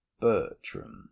bertram